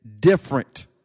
different